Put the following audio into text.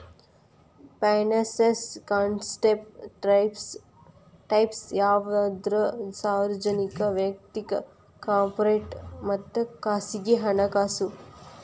finance concept types ಯಾವಂದ್ರ ಸಾರ್ವಜನಿಕ ವಯಕ್ತಿಕ ಕಾರ್ಪೊರೇಟ್ ಮತ್ತ ಖಾಸಗಿ ಹಣಕಾಸು